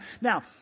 Now